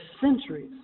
centuries